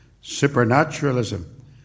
supernaturalism